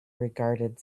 regarded